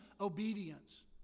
obedience